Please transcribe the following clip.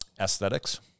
aesthetics